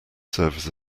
service